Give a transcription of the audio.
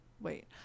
wait